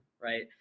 right